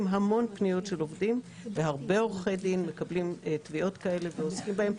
המון פניות של עובדים והרבה עורכי דין מקבלים תביעות כאלה ועוסקים בהן.